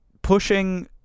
pushing